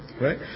Right